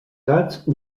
gats